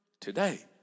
today